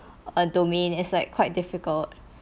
a domain is like quite difficult